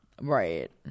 Right